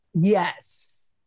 Yes